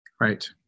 Right